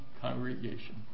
congregation